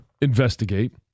investigate